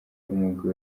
umugwi